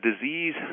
disease